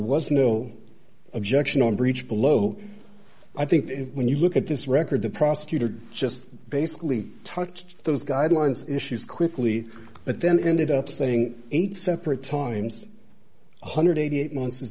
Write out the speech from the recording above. was no objection on breach below i think when you look at this record the prosecutor just basically touched those guidelines issues quickly but then ended up saying eight separate times one hundred and eighty eight months is